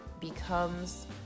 becomes